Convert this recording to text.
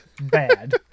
bad